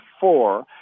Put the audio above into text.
four